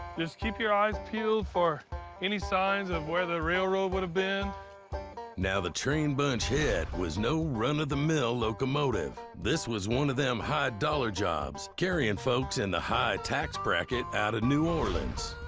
just keep your eyes peeled for any signs of where the railroad would've been. narrator now, the train bunch hit was no run-of-the-mill locomotive. this was one of them high-dollar jobs, carrying folks in the high tax bracket out of new orleans.